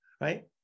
Right